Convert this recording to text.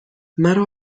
مرا